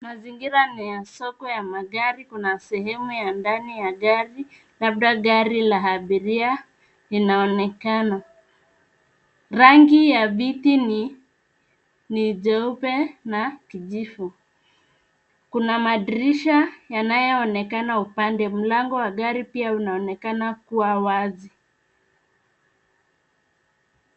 Mazingira ni ya soko ya magari. Kuna sehemu ya ndani ya gari labda gari la abiria linaonekana. Rangi ya viti ni jeupe na kijivu. Kuna madirisha yanayoonekana upande. Mlango wa gari pia unaonekana kuwa wazi.